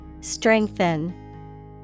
Strengthen